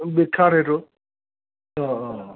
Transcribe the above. বিখ্যাত এইটো অঁ অঁ অঁ